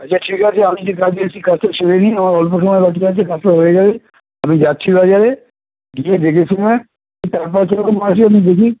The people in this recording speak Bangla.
আচ্ছা ঠিক আছে আমি যে কাজে এসেছি কাজটা সেরে নিই আমার অল্প সময় বাকি আছে কাজটা হয়ে গেলে আমি যাচ্ছি বাজারে গিয়ে দেখেশুনে কীরকম আছে আমি দেখি